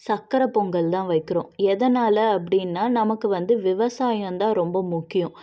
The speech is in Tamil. சர்க்கர பொங்கல் தான் வைக்கிறோம் எதனால் அப்படின்னா நமக்கு வந்து விவசாயம் தான் ரொம்ப முக்கியம்